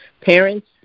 parents